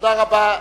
תודה רבה.